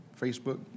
Facebook